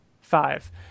five